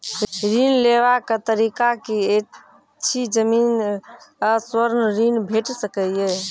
ऋण लेवाक तरीका की ऐछि? जमीन आ स्वर्ण ऋण भेट सकै ये?